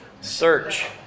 Search